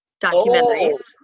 documentaries